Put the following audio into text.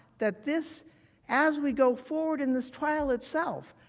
that this as we go forward in this trial itself,